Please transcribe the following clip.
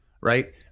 right